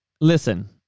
Listen